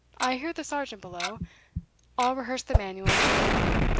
i hear the sergeant below i'll rehearse the manual in the meanwhile.